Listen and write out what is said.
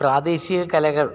പ്രാദേശിക കലകൾ